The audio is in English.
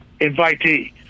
invitee